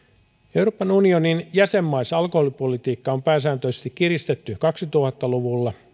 euroopan unionin jäsenmaissa alkoholipolitiikkaa on pääsääntöisesti kiristetty kaksituhatta luvulla